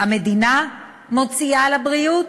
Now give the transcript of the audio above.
המדינה מוציאה על הבריאות,